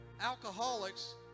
alcoholics